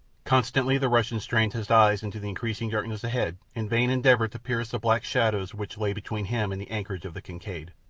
constantly the russian strained his eyes into the increasing darkness ahead in vain endeavour to pierce the black shadows which lay between him and the anchorage of the kincaid.